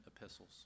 epistles